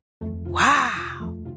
Wow